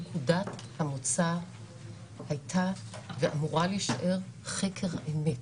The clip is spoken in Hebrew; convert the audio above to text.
נקודת המוצא הייתה ואמורה להישאר חקר האמת.